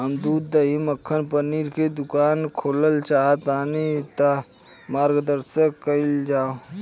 हम दूध दही मक्खन पनीर के दुकान खोलल चाहतानी ता मार्गदर्शन कइल जाव?